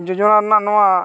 ᱡᱳᱡᱳᱱᱟ ᱨᱮᱱᱟᱜ ᱱᱚᱣᱟ